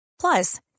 Plus